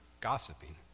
gossiping